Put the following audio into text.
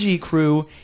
crew